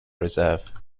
reserve